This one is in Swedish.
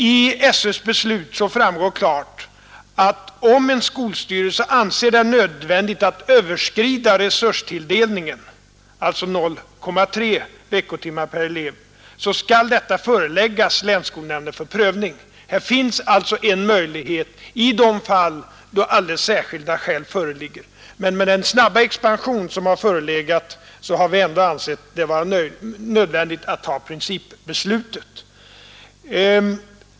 Av SÖ:s beslut framgår klart, att om en skolstyrelse anser det nödvändigt att överskrida resurstilldelningen, dvs. 0,3 veckotimmar per elev, skall detta föreläggas länsskolnämnden för prövning. Här finns alltså en möjlighet i de fall då alldeles särskilda skäl föreligger, men med hänsyn till den snabba expansionen har vi ändå ansett det vara nödvändigt att fatta principbeslutet.